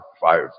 five